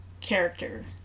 character